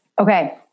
Okay